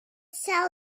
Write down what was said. sell